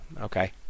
Okay